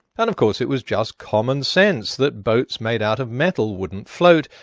kind of course it was just common sense that boats made out of metal wouldn't float,